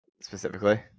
specifically